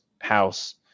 house